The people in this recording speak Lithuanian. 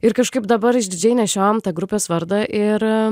ir kažkaip dabar išdidžiai nešiojam tą grupės vardą ir